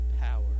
power